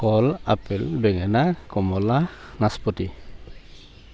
কল আপেল বেঙেনা কমলা নাচপতি